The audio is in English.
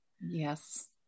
yes